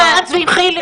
עם בני גנץ ועם חילי.